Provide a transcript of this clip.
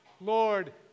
Lord